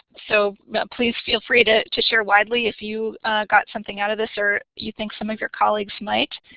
so please feel free to to share widely if you got something out of this or you think some of your colleagues might.